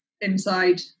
inside